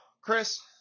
Chris